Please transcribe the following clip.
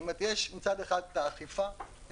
יש מצד אחד את האכיפה,